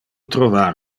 trovar